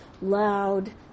loud